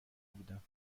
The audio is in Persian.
بودم